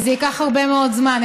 וזה ייקח הרבה מאוד זמן,